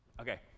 Okay